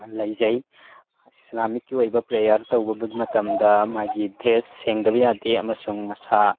ꯂꯩꯖꯩ ꯏꯁꯂꯥꯃꯤꯛꯀꯤ ꯑꯣꯏꯕ ꯄ꯭ꯔꯦꯌꯔ ꯃꯇꯝꯗ ꯃꯥꯒꯤ ꯗ꯭ꯔꯦꯁ ꯁꯦꯡꯗꯕ ꯌꯥꯗꯦ ꯑꯃꯁꯨꯡ ꯃꯁꯥ